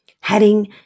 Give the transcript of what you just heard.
heading